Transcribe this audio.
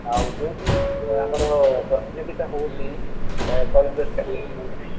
ଆଉ ଯେଉଁଠି ଆମର ପ୍ରତିଯୋଗିତା ହେଉଛି କଳିଙ୍ଗ ଷ୍ଟାଡିୟମ୍ ଭୁବନେଶ୍ୱର